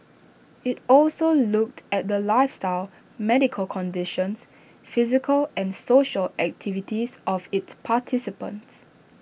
IT also looked at the lifestyles medical conditions physical and social activities of its participants